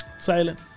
Silent